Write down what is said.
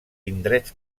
indrets